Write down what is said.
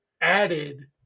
added